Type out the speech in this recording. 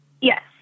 Yes